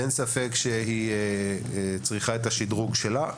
אין ספק שהיא צריכה את השיקום שלה.